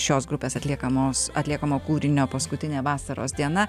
šios grupės atliekamos atliekamo kūrinio paskutinė vasaros diena